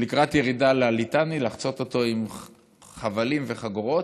לקראת ירידה לליטני, לחצות אותו עם חבלים וחגורות,